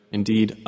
Indeed